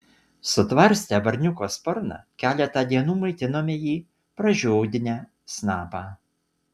sutvarstę varniuko sparną keletą dienų maitinome jį pražiodinę snapą